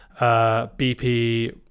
BP